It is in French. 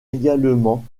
également